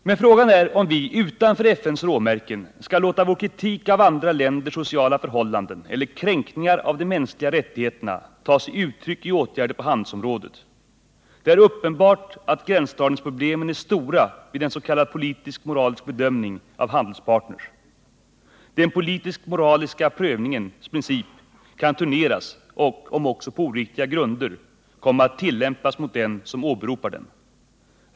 Men frågan är om vi utanför FN:s råmärken skall låta vår kritik av andra länders sociala förhållanden eller kränkningar av de mänskliga rättigheterna ta sig uttryck i åtgärder på handelsområdet. Det är uppenbart att gränsdragningsproblemen är stora vid en s.k. politisk-moralisk bedömning av handelspartner. Den politisk-moraliska prövningens princip kan turneras och —- om också på oriktiga grunder — komma att tillämpas mot den som åberopat den.